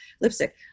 lipstick